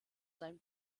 sein